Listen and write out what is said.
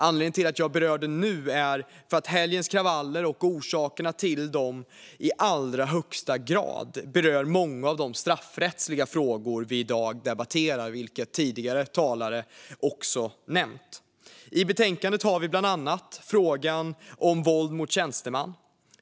Anledningen till att jag berör det nu är att helgens kravaller och orsakerna till dem i allra högsta grad berör många av de straffrättsliga frågor vi i dag debatterar, vilket tidigare talare också nämnt. I betänkandet finns bland annat frågan om våld mot tjänsteman.